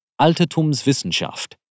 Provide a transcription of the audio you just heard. Altertumswissenschaft